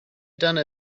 done